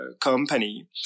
company